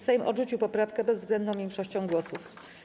Sejm odrzucił poprawkę bezwzględną większością głosów.